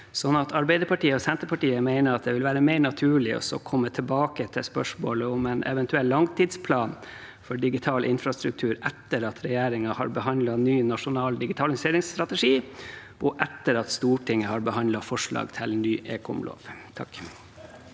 Arbeiderpartiet og Senterpartiet mener det vil være mer naturlig å komme tilbake til spørsmålet om en eventuell langtidsplan for digital infrastruktur etter at regjeringen har behandlet ny nasjonal digitaliseringsstrategi, og etter at Stortinget har behandlet forslag til ny ekomlov. Geir